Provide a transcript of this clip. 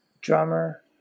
drummer